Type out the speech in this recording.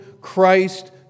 Christ